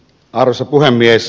arvoisa puhemies